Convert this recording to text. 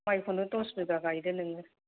माइखौनो दस बिगा गायगोन नोङो